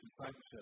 discipleship